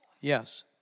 Yes